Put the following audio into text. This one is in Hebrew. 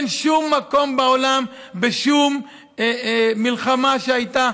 אין שום מקום בעולם בשום מלחמה שהייתה